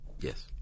Yes